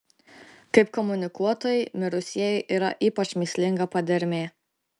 kaip komunikuotojai mirusieji yra ypač mįslinga padermė